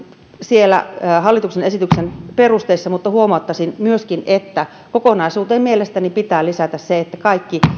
siellä hallituksen esityksen perusteissa mutta huomauttaisin myöskin että kokonaisuuteen mielestäni pitää lisätä se että kaikki